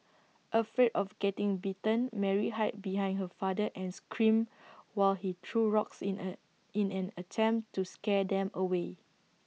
afraid of getting bitten Mary hide behind her father and screamed while he threw rocks in A in an attempt to scare them away